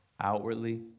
outwardly